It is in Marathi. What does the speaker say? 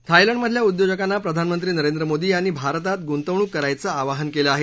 थायलंडमधल्या उद्योजकांना प्रधानमंत्री नरेंद्र मोदी यांनी भारतात ग्ंतवणूक करायचं आवाहन केलं आहे